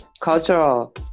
cultural